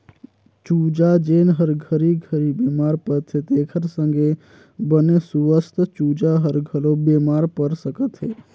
चूजा जेन हर घरी घरी बेमार परथे तेखर संघे बने सुवस्थ चूजा हर घलो बेमार पर सकथे